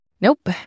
nope